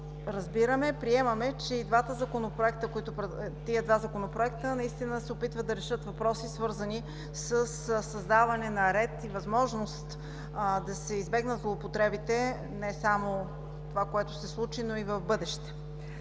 Разбираме и приемаме, че тези два законопроекта се опитват да решат въпроси, свързани със създаване на ред и възможност да се избегнат злоупотребите, не само това, което се случи, но и в бъдеще.